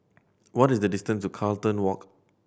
what is the distance to Carlton Walk